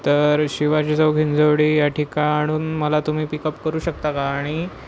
तर शिवाजी चौक हिंजवडी या ठिकाणून मला तुम्ही पिकअप करू शकता का आणि